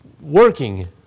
working